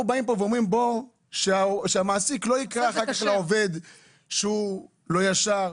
אנחנו לא רוצים שהמעסיק יגיד אחר-כך לעובד שהוא לא ישר.